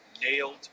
nailed